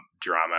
drama